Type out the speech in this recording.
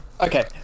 Okay